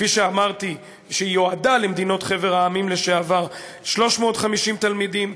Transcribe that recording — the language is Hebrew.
כפי שאמרתי, מנתה במחזור הראשון 350 תלמידים.